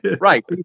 Right